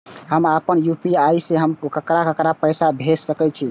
हम आपन यू.पी.आई से हम ककरा ककरा पाय भेज सकै छीयै?